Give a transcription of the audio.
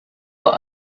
were